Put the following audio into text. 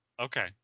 Okay